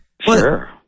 Sure